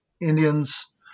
Indians